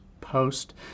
post